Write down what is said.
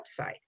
website